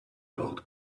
gold